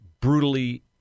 brutally